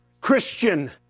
Christian